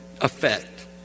effect